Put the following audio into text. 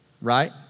right